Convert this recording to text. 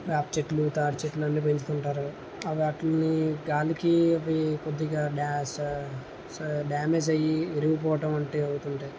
వేపచెట్లు తాటి చెట్లు అన్ని పెంచుకుంటారు అవి వాటిల్ని గాలికి అవి కొద్దిగా డాష్ స్ డ్యామేజ్ అయ్యి విరిగిపోవటం అంటే అవుతుంటాయి